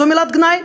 זו מילת גנאי.